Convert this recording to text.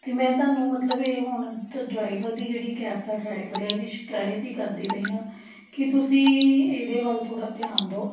ਅਤੇ ਮੈਂ ਤੁਹਾਨੂੰ ਮਤਲਬ ਇਹ ਹੁਣ ਡਰਾਈਵਰ ਦੀ ਜਿਹੜੀ ਕੈਬ ਦਾ ਡਰਾਈਵਰ ਹੈ ਉਹਦੀ ਸ਼ਿਕਾਇਤ ਹੀ ਕਰਦੀ ਪਈ ਹਾਂ ਕਿ ਤੁਸੀਂ ਇਹਦੇ ਵੱਲ ਥੋੜ੍ਹਾ ਧਿਆਨ ਦਿਓ